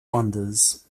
wonders